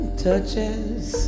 touches